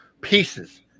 pieces